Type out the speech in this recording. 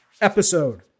episode